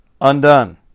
undone